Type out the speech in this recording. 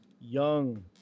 young